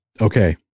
Okay